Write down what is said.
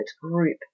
group